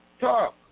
Talk